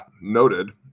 noted